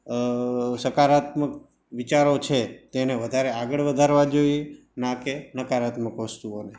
અ સકારાત્મક વિચારો છે તેને વધારે આગળ વધારવા જોઈએ ના કે નકારાત્મક વસ્તુઓને